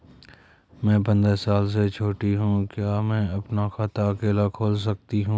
मैं पंद्रह साल से छोटी हूँ क्या मैं अपना खाता अकेला खोल सकती हूँ?